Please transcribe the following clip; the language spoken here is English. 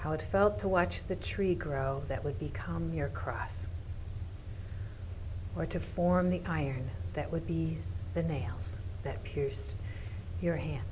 how it felt to watch the tree grow that would become your cross or to form the iron that would be the nails that pierced your hands